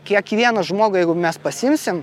kiekvieną žmogų jeigu mes pasiimsim